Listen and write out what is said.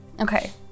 Okay